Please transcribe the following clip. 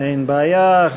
אין בעיה.